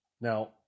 Now